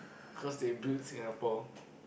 cause they build Singapore